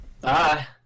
Bye